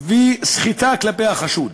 וסחיטה כלפי החשוד.